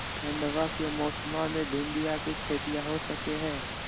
ठंडबा के मौसमा मे भिंडया के खेतीया हो सकये है?